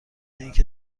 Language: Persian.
اینکه